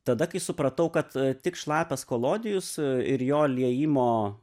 tada kai supratau kad tik šlapias kolodijus ir jo liejimo